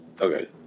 Okay